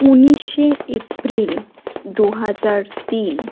উনিশে এপ্রিল দু হাজার তিন